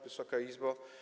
Wysoka Izbo!